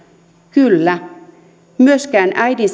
kyllä myöskään äidin